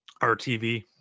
RTV